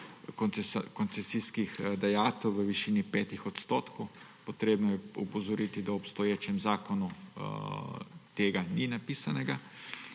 koncesijskih dajatev v višini 5 %. Potrebno je opozoriti, da v obstoječem zakonu tega ni napisanega